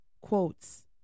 quotes